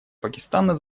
пакистана